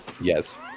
Yes